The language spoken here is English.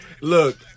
look